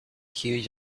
huge